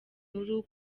nkuru